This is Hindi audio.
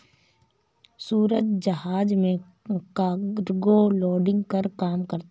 सूरज जहाज में कार्गो लोडिंग का काम करता है